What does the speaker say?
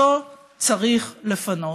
אותו צריך לפנות.